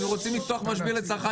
הם רוצים לפתוח שם משביר לצרכן,